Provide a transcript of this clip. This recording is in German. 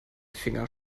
finger